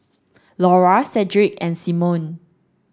Laura Sedrick and Simone